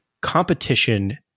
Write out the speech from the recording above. competition